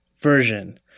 version